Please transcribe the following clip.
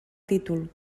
títol